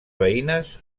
veïnes